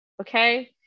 okay